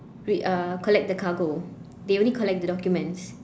re~ uh collect the cargo they only collect the documents